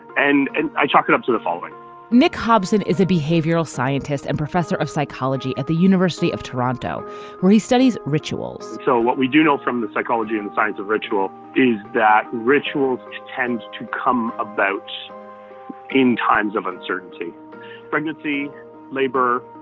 and and i chalk it up to the following nick hobson is a behavioral scientist and professor of psychology at the university of toronto where he studies rituals so what we do know from the psychology and science of ritual is that rituals tend to come about in times of uncertainty pregnancy labour